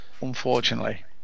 unfortunately